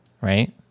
right